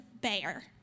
bear